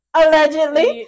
allegedly